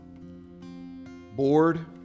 bored